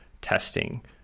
testing